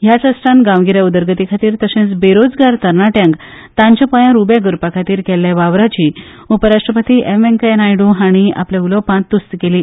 ह्या ट्रस्टान गांवगिऱ्या उदरगती खातीर तशेंच बेरोजगार तरणाट्यांक तांच्या पांयार उबे करपा खातीर केल्ल्या वावराची उपरराष्ट्रपती एम व्यंकय्या नायडू हांणी आपल्या उलोवपांत तुस्त केली